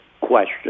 Question